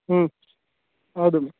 ಹ್ಞೂ ಹೌದು ಮ್ಯಾಮ್